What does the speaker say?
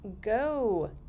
go